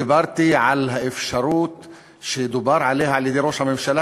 דיברתי על האפשרות שדיבר עליה ראש הממשלה